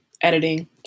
editing